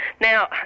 Now